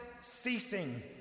ceasing